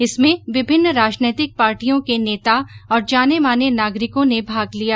इसमें विभिन्न राजनैतिक पार्टियों के नेता और जाने माने नागरिकों ने भाग लिया